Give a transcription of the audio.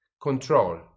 control